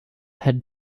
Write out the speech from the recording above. had